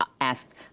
asked